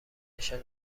نشان